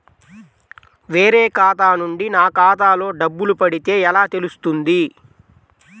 వేరే ఖాతా నుండి నా ఖాతాలో డబ్బులు పడితే ఎలా తెలుస్తుంది?